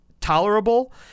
tolerable